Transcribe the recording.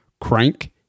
crank